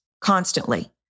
constantly